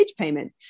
payment